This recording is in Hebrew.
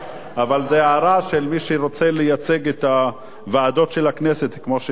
אבל זו הערה של מי שרוצה לייצג את ועדות הכנסת כמו שמתחייב.